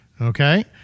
Okay